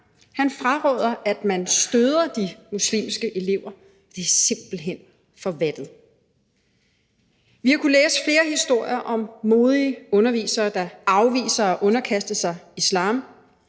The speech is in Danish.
han fraråder, at man støder de muslimske elever. Det er simpelt hen for vattet. Vi har kunnet læse flere historier om modige undervisere, der afviser at underkaste sig islam.